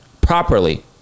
properly